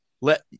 let